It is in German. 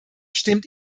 stimmt